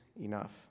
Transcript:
enough